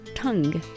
tongue